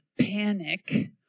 panic